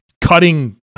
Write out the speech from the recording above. cutting